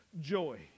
joy